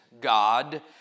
God